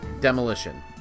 demolition